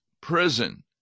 prison